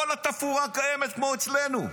כל התפאורה קיימת, כמו אצלנו.